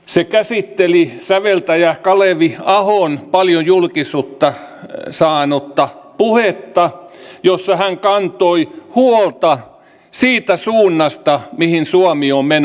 se käsitteli säveltäjä kalevi ahon paljon julkisuutta saanutta puhetta jossa hän kantoi huolta siitä suunnasta mihin suomi on menossa